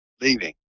Leaving